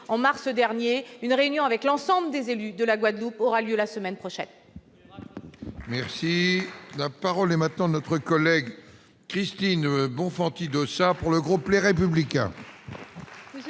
en mars dernier, une réunion avec l'ensemble des élus de la Guadeloupe aura lieu la semaine prochaine.